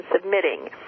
submitting